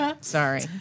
Sorry